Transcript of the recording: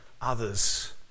others